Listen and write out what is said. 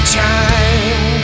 time